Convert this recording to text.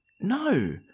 no